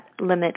limit